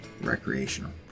recreational